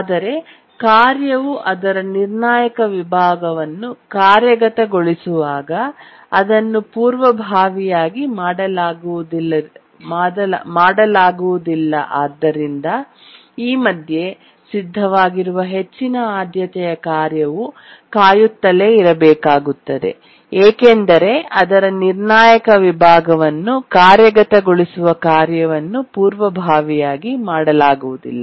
ಆದರೆ ಕಾರ್ಯವು ಅದರ ನಿರ್ಣಾಯಕ ವಿಭಾಗವನ್ನು ಕಾರ್ಯಗತಗೊಳಿಸುವಾಗ ಅದನ್ನು ಪೂರ್ವಭಾವಿಯಾಗಿ ಮಾಡಲಾಗುವುದಿಲ್ಲವಾದ್ದರಿಂದ ಈ ಮಧ್ಯೆ ಸಿದ್ಧವಾಗಿರುವ ಹೆಚ್ಚಿನ ಆದ್ಯತೆಯ ಕಾರ್ಯವು ಕಾಯುತ್ತಲೇ ಇರಬೇಕಾಗುತ್ತದೆ ಏಕೆಂದರೆ ಅದರ ನಿರ್ಣಾಯಕ ವಿಭಾಗವನ್ನು ಕಾರ್ಯಗತಗೊಳಿಸುವ ಕಾರ್ಯವನ್ನು ಪೂರ್ವಭಾವಿಯಾಗಿ ಮಾಡಲಾಗುವುದಿಲ್ಲ